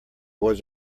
was